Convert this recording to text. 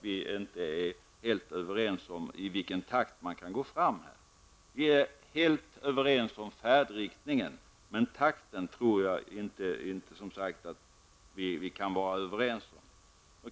Vi är helt överens om färdriktningen, men det är uppenbart att vi inte är överens om i vilken takt man kan gå fram.